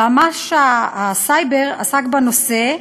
ועמ"ש הסייבר עסקה בנושא,